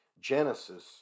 Genesis